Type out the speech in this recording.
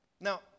Now